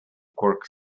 cork